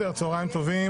צהריים טובים.